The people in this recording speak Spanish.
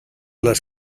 las